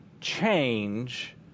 change